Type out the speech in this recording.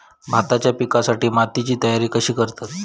भाताच्या पिकासाठी मातीची तयारी कशी करतत?